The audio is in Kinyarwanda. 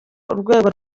urwego